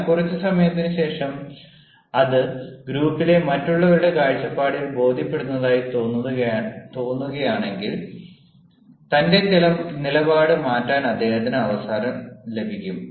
എന്നാൽ കുറച്ച് സമയത്തിന് ശേഷം അത് ഗ്രൂപ്പിലെ മറ്റുള്ളവരുടെ കാഴ്ചപ്പാടുകൾ ബോധ്യപ്പെടുന്നതായി തോന്നുകയാണെങ്കിൽ തോന്നുകയാണെങ്കിൽ തന്റെ നിലപാട് മാറ്റാൻ അദ്ദേഹത്തിന് അവസരം ലഭിക്കും